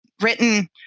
written